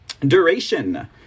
Duration